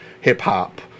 hip-hop